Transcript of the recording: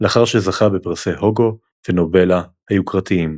לאחר שזכה בפרסי הוגו ונבולה היוקרתיים.